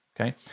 Okay